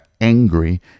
angry